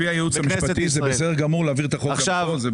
לפי הייעוץ המשפטי זה בסדר גמור להעביר את החוק הזה.